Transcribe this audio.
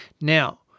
now